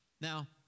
Now